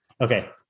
Okay